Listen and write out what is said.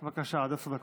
בבקשה, עד עשר דקות.